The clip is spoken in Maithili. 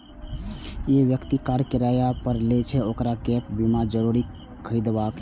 जे व्यक्ति कार किराया पर लै छै, ओकरा गैप बीमा जरूर खरीदबाक चाही